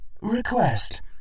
Request